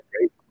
great